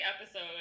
episode